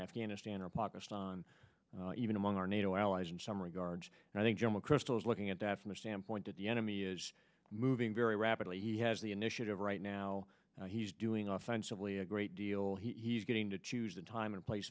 afghanistan or pakistan even among our nato allies in some regards and i think john mcchrystal is looking at that from a standpoint of the enemy is moving very rapidly he has the initiative right now he's doing offensively a great deal he's getting to choose the time and place